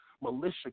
militia